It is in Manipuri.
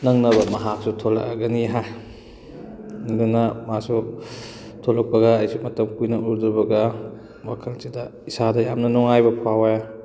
ꯅꯪꯅꯕ ꯃꯍꯥꯛꯁꯨ ꯊꯣꯂꯛꯑꯒꯅꯤ ꯍꯥꯏ ꯑꯗꯨꯅ ꯃꯥꯁꯨ ꯊꯣꯂꯛꯄꯒ ꯑꯩꯁꯨ ꯃꯇꯝ ꯀꯨꯏꯅ ꯎꯔꯨꯗꯕꯒ ꯋꯥꯈꯜꯁꯤꯗ ꯏꯁꯥꯗ ꯌꯥꯝꯅ ꯅꯨꯡꯉꯥꯏꯕ ꯐꯥꯎꯋꯦ